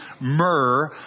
myrrh